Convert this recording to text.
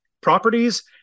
properties